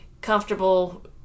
comfortable